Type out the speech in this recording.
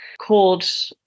called